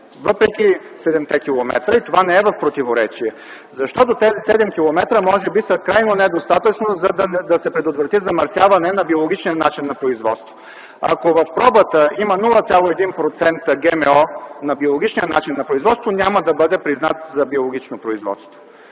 въпреки 7-те км и това не е в противоречие. Защото тези 7 км може би са крайно недостатъчни, за да се предотврати замърсяване на биологичния начин на производство. Ако в пробата има 0,1% ГМО на биологичния начин на производство, няма да бъде признат за биологично производство.